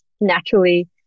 naturally